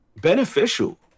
beneficial